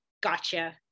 gotcha